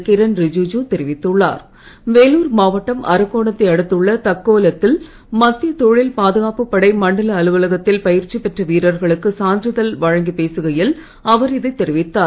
கிரண் மாவட்டம் அரோக்கணத்தை அடுத்துள்ள தக்கோலத்தில் மத்திய தொழில் பாதுகாப்புப் படை மண்டல அலுவலகத்தில் பயிற்சி பெற்ற வீரர்களக்கு சான்றிதழ் வழங்கிப் பேசுகையில் அவர் இதைத் தெரிவித்தார்